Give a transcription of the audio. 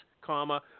comma